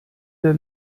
der